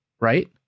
right